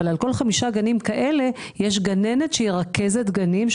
אבל על כל חמישה גנים כאלה יש גננת שהיא רכזת גנים,